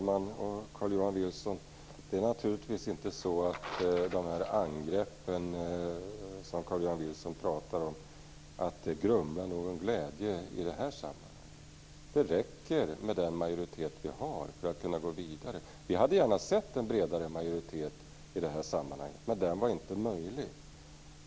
Fru talman! De angrepp som Carl-Johan Wilson pratar om grumlar inte någon glädje i det här sammanhanget. Det räcker med den majoritet vi har för att kunna gå vidare. Vi hade gärna sett en bredare majoritet, men den var inte möjlig att nå.